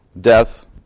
death